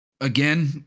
Again